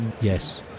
Yes